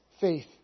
faith